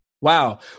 wow